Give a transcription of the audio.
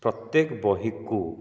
ପ୍ରତ୍ୟେକ ବହିକୁ